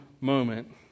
moment